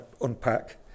unpack